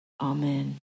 Amen